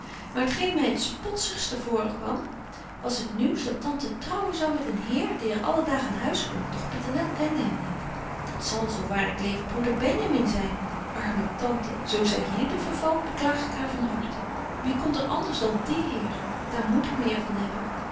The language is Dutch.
maar t geen my het potzigste voorkwam was het nieuws dat tante trouwen zou met een heer die er alle daag aan huis komt doch pieternel kende hem niet dat zal zo waar ik leef broeder benjamin zyn arme tante zo zy hier toe vervalt beklaag ik haar van harten wie komt er anders dan die heer daar moet ik meer van hebben